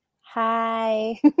Hi